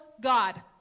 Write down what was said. God